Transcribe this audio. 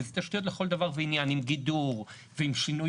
וזה תשתיות לכל דבר ועניין עם גידור ועם שינוי